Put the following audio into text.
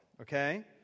okay